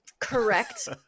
correct